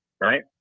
right